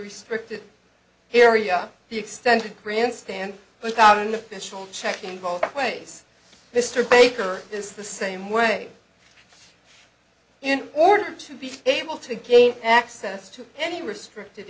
restricted area the extended grandstand without an official check involved place mr baker is the same way in order to be able to gain access to any restricted